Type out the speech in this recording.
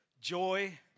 joy